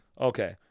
Okay